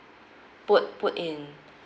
put put in